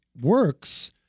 works